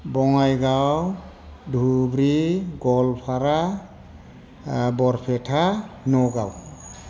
Bongaigaon Dhubri Goalpara Barpeta Nagaon